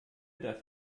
darf